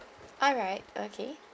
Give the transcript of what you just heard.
alright okay